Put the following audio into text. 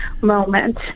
moment